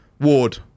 Ward